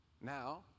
Now